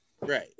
Right